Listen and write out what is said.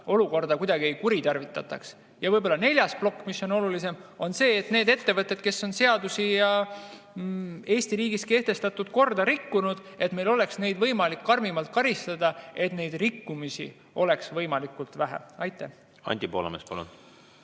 olukorda kuidagi ei kuritarvitataks. Ja võib-olla neljas plokk, mis on oluline, on see, et neid ettevõtteid, kes on seadusi ja Eesti riigis kehtestatud korda rikkunud, oleks meil võimalik karmimalt karistada, et rikkumisi oleks võimalikult vähe. Anti Poolamets, palun!